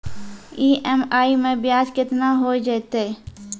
EMI मैं ब्याज केतना हो जयतै?